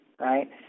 right